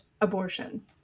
abortion